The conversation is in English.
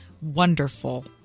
wonderful